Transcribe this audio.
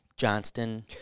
Johnston